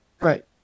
Right